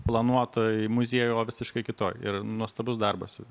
planuotoj muziejui o visiškai kitoj ir nuostabus darbas